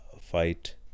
fight